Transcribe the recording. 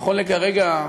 נכון לכרגע,